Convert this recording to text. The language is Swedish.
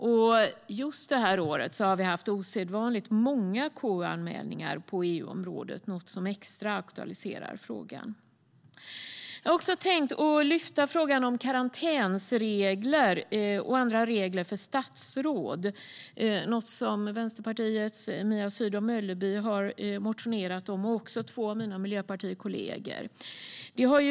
Just i år har vi haft osedvanligt många KU-anmälningar på EU-området, något som aktualiserar frågan extra mycket. Jag har också tänkt lyfta upp frågan om karantänsregler och andra regler för statsråd, något som Vänsterpartiets Mia Sydow Mölleby liksom två av mina miljöpartikollegor har motionerat om.